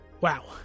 wow